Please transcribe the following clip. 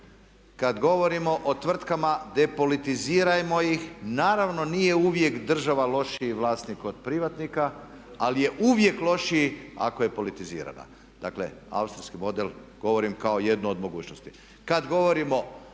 kad govorimo o tvrtkama depolitizirajmo ih, naravno nije uvijek država lošiji vlasnik od privatnika ali je uvijek lošiji ako je politizirana. Dakle, austrijski model, govorim kao jednu od mogućnosti.